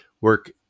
work